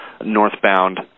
northbound